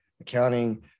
accounting